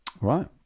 Right